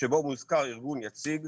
שבו מוזכר ארגון יציג.